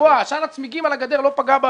עשן הצמיגים על הגדר לא פגע.